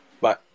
bye